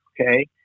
Okay